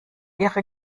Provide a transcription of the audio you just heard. ihre